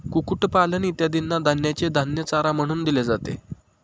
कुक्कुटपालन इत्यादींना धान्याचे धान्य चारा म्हणून दिले जाते